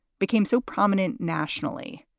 became so prominent nationally.